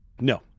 No